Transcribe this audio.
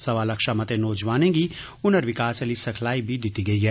सवा लक्ख षा मते नौजवानें गी हुनर विकास आली सिखलाई बी दित्ती गेई ऐ